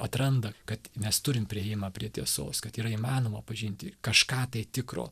atranda kad mes turim priėjimą prie tiesos kad yra įmanoma pažinti kažką tai tikro